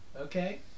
okay